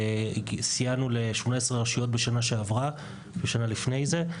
סייענו ל-18 רשויות בשנה שעברה ושנה לפני זה.